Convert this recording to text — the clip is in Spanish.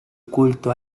culto